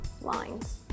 lines